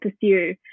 pursue